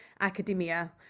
academia